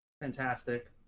Fantastic